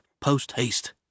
post-haste